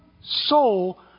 soul